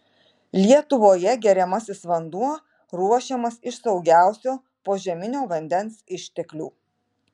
lietuvoje geriamasis vanduo ruošiamas iš saugiausio požeminio vandens išteklių